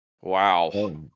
Wow